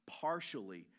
partially